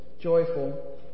joyful